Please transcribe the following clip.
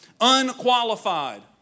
unqualified